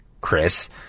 Chris